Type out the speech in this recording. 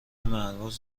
مزبور